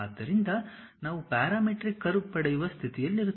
ಆದ್ದರಿಂದ ನಾವು parameter curve ಪಡೆಯುವ ಸ್ಥಿತಿಯಲ್ಲಿರುತ್ತೇವೆ